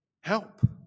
Help